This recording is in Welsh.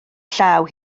llaw